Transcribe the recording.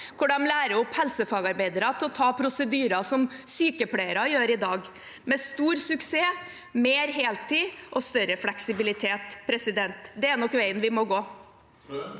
2024 lærer opp helsefagarbeidere til å ta prosedyrer som sykepleiere gjør i dag, med stor suksess, mer heltid og større fleksibilitet. Det er nok veien vi må gå.